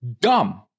dumb